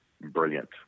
brilliant